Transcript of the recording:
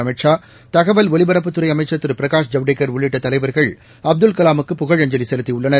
அமித்ஷா தகவல் ஒலிபரப்புத்துறை அமைச்சர் திரு பிரகாஷ் ஜவ்டேகர் உள்ளிட்ட தலைவர்கள் அப்துல்கலாமுக்கு புகழஞ்சலி செலுத்தியுள்ளனர்